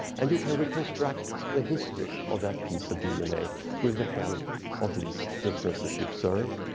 and you can reconstruct the history of that piece of dna with the help of these differences you observe.